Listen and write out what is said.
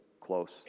close